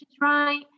right